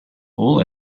all